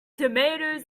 tomatoes